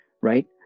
right